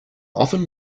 often